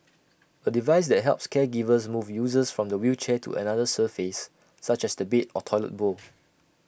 A device that helps caregivers move users from the wheelchair to another surface such as the bed or toilet bowl